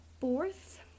fourth